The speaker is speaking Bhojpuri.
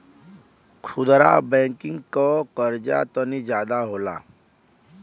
खुदरा बैंकिंग के कर्जा तनी जादा होला